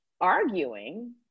arguing